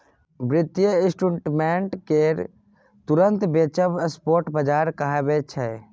बित्तीय इंस्ट्रूमेंट केँ तुरंत बेचब स्पॉट बजार कहाबै छै